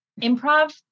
improv